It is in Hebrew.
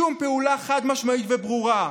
שום פעולה חד-משמעית וברורה.